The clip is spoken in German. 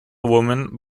woman